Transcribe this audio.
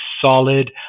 solid